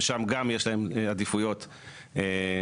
וגם שם יש להם עדיפויות רבות.